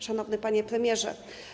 Szanowny Panie Premierze!